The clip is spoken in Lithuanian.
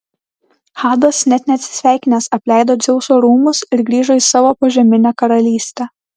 hadas net neatsisveikinęs apleido dzeuso rūmus ir grįžo į savo požeminę karalystę